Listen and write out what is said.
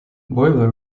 boiler